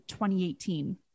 2018